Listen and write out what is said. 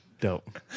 dope